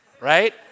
Right